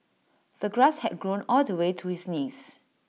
the grass had grown all the way to his knees